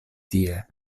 tie